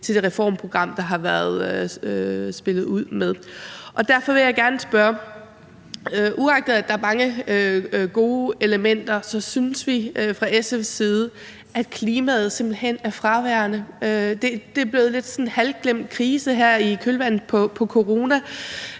til det reformprogram, der har været spillet ud med. Og uagtet at der er mange gode elementer, synes vi fra SF's side, at klimaet simpelt hen er fraværende. Det er blevet en sådan lidt halvglemt krise her i kølvandet på corona.